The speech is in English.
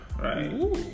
Right